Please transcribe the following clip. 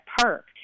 park